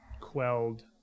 quelled